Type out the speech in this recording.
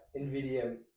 NVIDIA